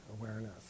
awareness